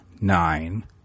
nine